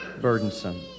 burdensome